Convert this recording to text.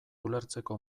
ulertzeko